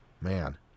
man